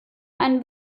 einen